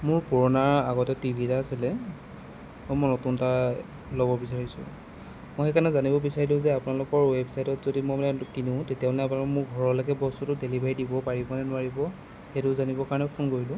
মোৰ পুৰণা আগতে টিভি এটা আছিলে অঁ মই নতুন এটা ল'ব বিচাৰিছোঁ মই সেইকাৰণে জানিব বিচাৰিলোঁ যে আপোনালোকৰ ৱেবছাইটত যদি মই মানে কিনো তেতিয়া মানে আপোনালোকে মোক ঘৰলৈকে বস্তুটো ডেলিভাৰী দিব পাৰিবনে নোৱাৰিব সেইটো জানিব কাৰণে ফোন কৰিলোঁ